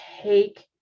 take